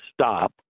stop